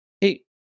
Hey